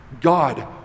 God